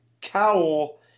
cowl